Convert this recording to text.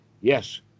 yes